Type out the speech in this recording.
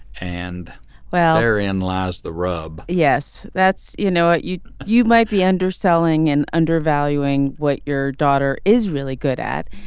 and here in lies the rub yes that's you know what you you might be underselling and undervaluing what your daughter is really good at.